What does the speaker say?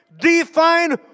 define